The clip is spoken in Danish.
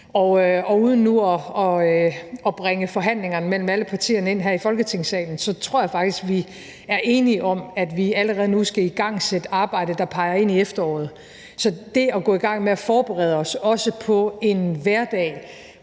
Og uden at bringe forhandlingerne mellem alle partierne ind her i Folketingssalen tror jeg faktisk, vi er enige om, at vi allerede nu skal igangsætte et arbejde, der peger ind i efteråret. Så det at gå i gang med at forberede os på en hverdag,